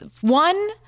one